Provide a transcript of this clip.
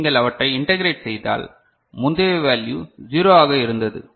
நீங்கள் அவற்றை இன்டகிரேட் செய்தால் முந்தைய வேல்யு 0 ஆக இருந்தது